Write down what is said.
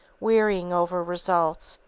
wearying over results,